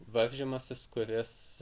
varžymasis kuris